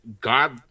god